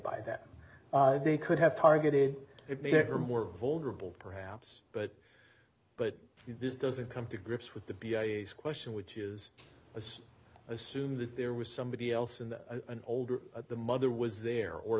by that they could have targeted it made her more vulnerable perhaps but but this doesn't come to grips with the question which is a assume that there was somebody else in the an older the mother was there or